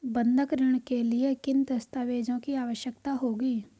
बंधक ऋण के लिए किन दस्तावेज़ों की आवश्यकता होगी?